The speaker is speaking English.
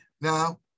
Now